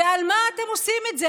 ועל מה אתם עושים את זה?